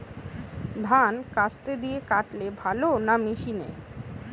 ধান কাস্তে দিয়ে কাটলে ভালো না মেশিনে?